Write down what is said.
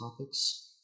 topics